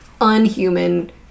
unhuman